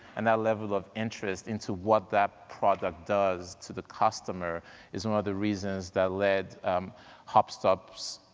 and that level of interest into what that product does to the customer is one of the reasons that led hopstop's,